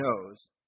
knows